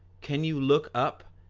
can you look up,